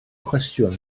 cwestiwn